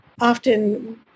often